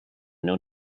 known